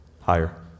Higher